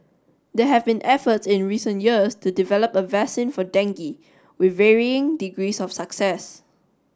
they have been efforts in recent years to develop a vaccine for dengue with varying degrees of success